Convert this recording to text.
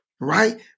Right